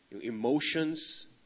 emotions